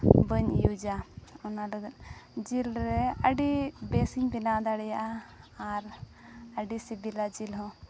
ᱵᱟᱹᱧ ᱤᱭᱩᱡᱟ ᱚᱱᱟ ᱞᱟᱹᱜᱤᱫ ᱡᱤᱞ ᱨᱮ ᱟᱹᱰᱤ ᱵᱮᱥᱤᱧ ᱵᱮᱱᱟᱣ ᱫᱟᱲᱮᱭᱟᱜᱼᱟ ᱟᱨ ᱟᱹᱰᱤ ᱥᱤᱵᱤᱞᱟ ᱡᱤᱞ ᱦᱚᱸ